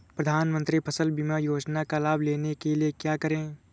प्रधानमंत्री फसल बीमा योजना का लाभ लेने के लिए क्या करें?